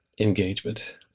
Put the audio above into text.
engagement